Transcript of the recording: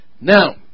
Now